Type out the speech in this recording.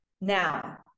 Now